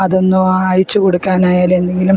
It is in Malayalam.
അതൊന്ന് അയച്ച് കൊടുക്കാനായാലും എന്തെങ്കിലും